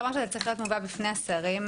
זה צריך להיות מובא בפני השרים,